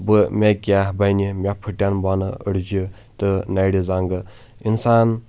بہٕ مےٚ کیاہ بنہِ مےٚ پھٕٹن بۄنہٕ أڈجہِ تہٕ نرِ زنٛگہٕ انسان